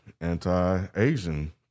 anti-Asian